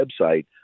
website